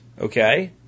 okay